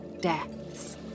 deaths